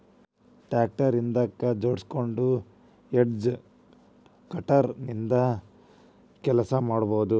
tractor ಹಿಂದಕ್ ಜೋಡ್ಸ್ಕೊಂಡು hedge cutter ನಿಂದ ಕೆಲಸ ಮಾಡ್ಬಹುದು